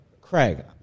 Craig